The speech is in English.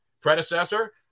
predecessor